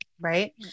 right